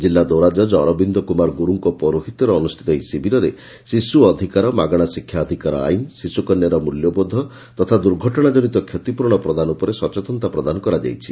କିଲ୍ଲା ଦୌରାକଜ୍ ଅରବିନ୍ଦ କୁମାର ଗୁରୁଙ ପୌରୋହିତ୍ୟରେ ଅନୁଷିତ ଏହି ଶିବିରରେ ଶିଶୁ ଅଧିକାର ମାଗଣା ଶିକ୍ଷା ଅଧିକାର ଆଇନ ଶିଶୁକନ୍ୟାର ମିଲ୍ୟବୋଧ ତଥା ଦୁର୍ଘଟଶାଜନିତ କ୍ଷତିପ୍ରରଣ ପ୍ରଦାନ ଉପରେ ସଚେତନତା ପ୍ରଦାନ କରାଯାଇଛି